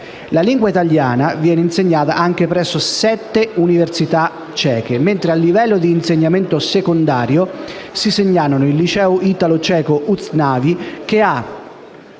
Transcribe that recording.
La lingua italiana viene insegnata anche presso sette università ceche, mentre a livello di insegnamento secondario si segnalano il liceo italo-ceco Ustavni, che ha